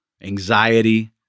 anxiety